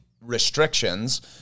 restrictions